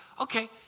Okay